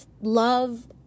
love